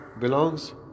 belongs